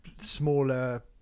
smaller